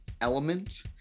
element